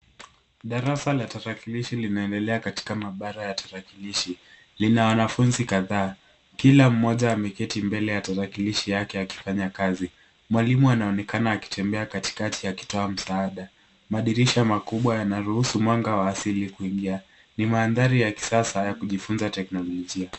Darasa la tarakilishi linaendelea katika maabara ya tarakilishi, lina wanafunzi kadhaa. Kila mmoja ameketii mbele ya tarakilishi yake akifanya kazi. Mwalimu anaonekana akitembea katikati akitoa msaada, madirisha makubwa yanaruhusu mwanga wa asili kuingia. Ni mandhari ya kisasa ya kujifunza teknolojia.